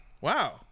Wow